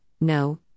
no